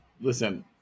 Listen